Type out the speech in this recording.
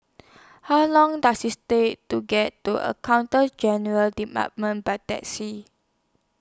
How Long Does IS Take to get to Accountant General's department By Taxi